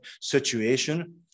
situation